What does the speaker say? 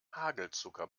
hagelzucker